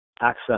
access